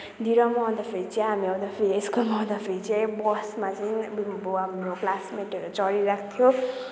the र म आउँदाखेरि चाहिँ हामी आउँदाखेरि स्कुलमा आउँदाखेरि चाहिँ बसमा अब हाम्रो क्लासमेटहरू चढिरहेको थियो